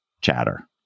chatter